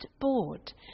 bored